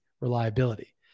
reliability